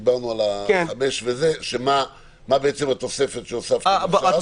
מה התוספת שהוספתם עכשיו.